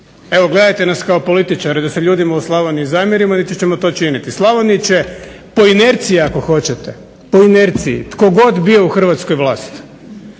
Evo gledajte nas kao političari da se u ljudima u Slavoniji zamjerimo niti ćemo to činiti. Slavoniji će po inerciji ako hoćete, po inerciji tko god bio u Hrvatskoj vlast,